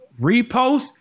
repost